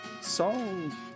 song